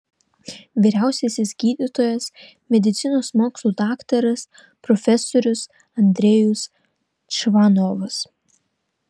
vyriausiasis gydytojas medicinos mokslų daktaras profesorius andrejus čvanovas